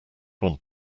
want